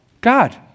God